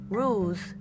rules